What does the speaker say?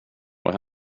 vad